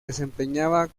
desempeñaba